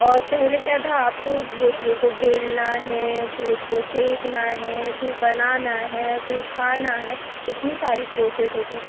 और पहले क्या था आपको रोटियों को बेलना है फिर उसको सेंकना है फिर बनाना है फिर खाना है इतनी सारी प्रोसेस होती